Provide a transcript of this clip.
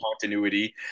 continuity